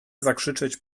zakrzyczeć